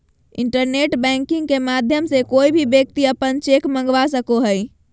internet banking के माध्यम से कोय भी व्यक्ति अपन चेक मंगवा सको हय